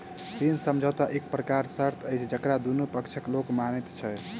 ऋण समझौता एक प्रकारक शर्त अछि जकरा दुनू पक्षक लोक मानैत छै